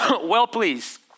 Well-pleased